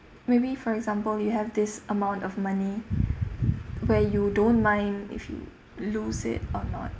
maybe for example you have this amount of money where you don't mind if you lose it or not